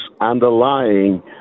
underlying